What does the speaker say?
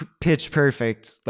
pitch-perfect